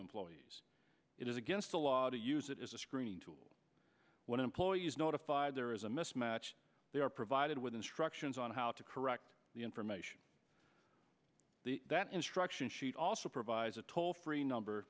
employees it is against the law to use it as a screening tool when employees notified there is a mismatch they are provided with instructions on how to correct the information that instruction sheet also provides a toll free number